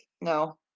No